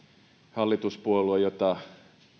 hallituspuolueesta